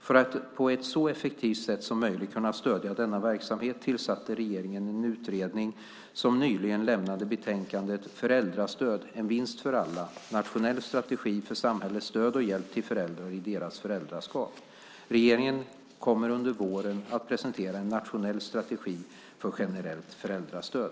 För att på ett så effektivt sätt som möjligt kunna stödja denna verksamhet tillsatte regeringen en utredning som nyligen lämnade betänkandet Föräldrastöd - en vinst för alla, nationell strategi för samhällets stöd och hjälp till föräldrar i deras föräldraskap . Regeringen kommer under våren att presentera en nationell strategi för ett generellt föräldrastöd.